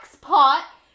pot